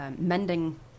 mending